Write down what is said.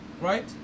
right